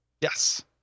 yes